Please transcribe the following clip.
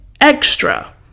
extra